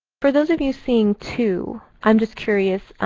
for those of you seeing two, i'm just curious.